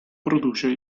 produce